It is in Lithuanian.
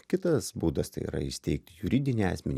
kitas būdas tai yra įsteigti juridinį asmenį